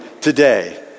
today